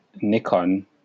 Nikon